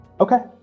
okay